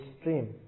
stream